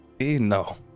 No